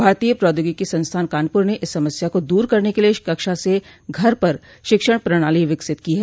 भारतीय प्रौद्योगिकी संस्थान कानपुर ने इस समस्या को दूर करने के लिए कक्षा से घर पर शिक्षण प्रणाली विकसित की है